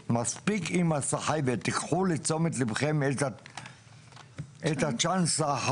יש כאלה שיבואו ויגידו: אתם עדיין עושים